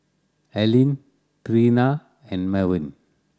Aleen Trina and Mervin